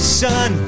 sun